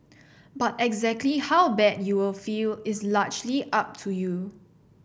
but exactly how bad you will feel is largely up to you